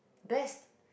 best